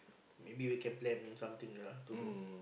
maybe we can plan something ah to do